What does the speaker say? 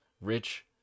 rich